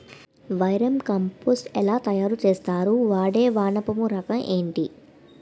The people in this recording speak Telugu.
వెర్మి కంపోస్ట్ ఎలా తయారు చేస్తారు? వాడే వానపము రకం ఏంటి?